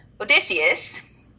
Odysseus